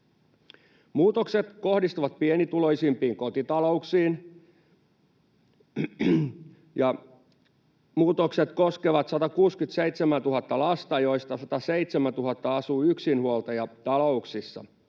Muutokset kohdistuvat pienituloisimpiin kotitalouksiin, ja muutokset koskevat 167 000:ta lasta, joista 107 000 asuu yksinhuoltajatalouksissa.